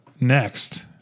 next